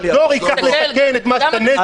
שנות דור ייקח לתקן את הנזק שלך.